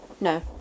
No